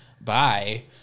Bye